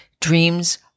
Dreams